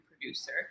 producer